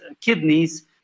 kidneys